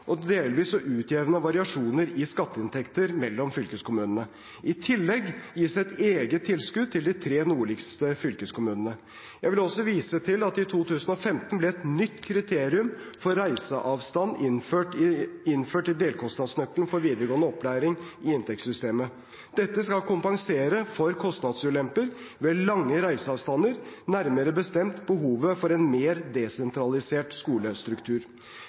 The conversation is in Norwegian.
og delvis å utjevne variasjoner i skatteinntekter mellom fylkeskommunene. I tillegg gis det et eget tilskudd til de tre nordligste fylkeskommunene. Jeg vil også vise til at i 2015 ble et nytt kriterium for reiseavstand innført i delkostnadsnøkkelen for videregående opplæring i inntektssystemet. Dette skal kompensere for kostnadsulemper ved lange reiseavstander, nærmere bestemt behovet for en mer desentralisert skolestruktur.